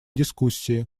дискуссии